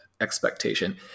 expectation